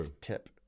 tip